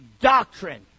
doctrine